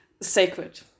sacred